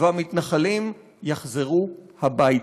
והמתנחלים יחזרו הביתה.